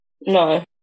no